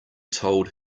told